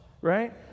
right